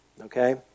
Okay